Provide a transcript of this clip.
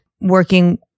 working